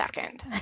second